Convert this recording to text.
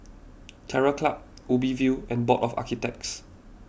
Terror Club Ubi View and Board of Architects